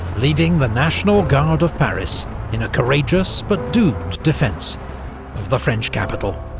leading the national guard of paris in a courageous but doomed defence of the french capital.